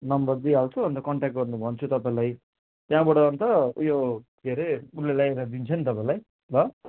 number दिइहाल्छु अन्त contact गर्नु भन्छु तपाईँलाई त्यहाँबाट अन्त उयो के अरे उसले ल्याएर दिन्छ नि तपाईँलाई ल